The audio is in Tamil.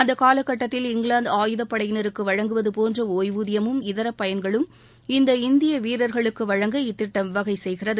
அந்த காலக்கட்டத்தில் இங்கிலாந்து ஆயுதப்படையினருக்கு வழங்குவது போன்ற ஒய்வூதியமும் இதர பயன்களும் இந்த இந்திய வீரர்களுக்கு வழங்க இத்திட்டம் வகை செய்கிறது